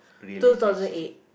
two thousand eight